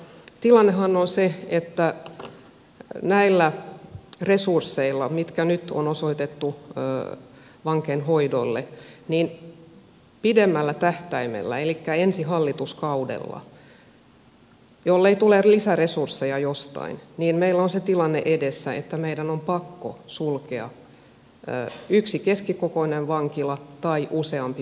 tilannehan on se että näillä resursseilla mitkä nyt on osoitettu vankeinhoidolle niin pidemmällä tähtäimellä elikkä ensi hallituskaudella jollei tule lisäresursseja jostain meillä on se tilanne edessä että meidän on pakko sulkea yksi keskikokoinen vankila tai useampi pienempi vankila